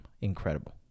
incredible